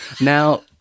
Now